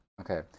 Okay